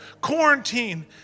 Quarantine